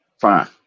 fine